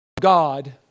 God